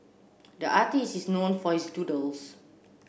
the artist is known for his doodles